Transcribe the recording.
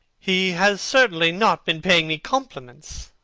he has certainly not been paying me compliments.